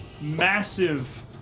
massive